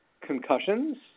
concussions